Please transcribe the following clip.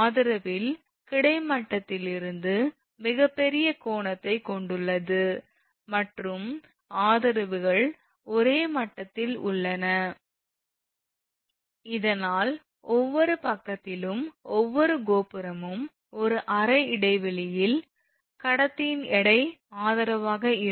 ஆதரவில் கிடைமட்டத்திலிருந்து மிகப்பெரிய கோணத்தைக் கொண்டுள்ளது மற்றும் ஆதரவுகள் ஒரே மட்டத்தில் உள்ளன இதனால் ஒவ்வொரு பக்கத்திலும் ஒவ்வொரு கோபுரமும் ஒரு அரை இடைவெளியில் கடத்தியின் எடை ஆதரவாக இருக்கும்